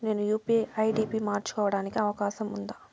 నేను UPI ID పి మార్చుకోవడానికి అవకాశం ఉందా?